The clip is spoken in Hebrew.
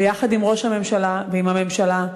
ויחד עם ראש הממשלה ועם הממשלה,